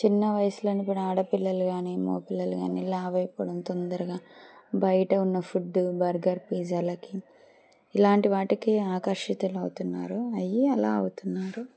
చిన్న వయసులోని ఆడపిల్లలు కాని మగ పిల్లలు కాని లావు అయిపోవడం తొందరగా బయట ఉన్న ఫుడ్ బర్గర్ పిజ్జాలకి ఇలాంటి వాటికి ఆకర్షితులు అవుతున్నారు అయయి అలా అవుతున్నారు